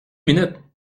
minutes